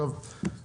מאה אחוז.